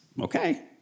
okay